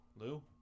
Lou